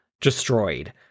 destroyed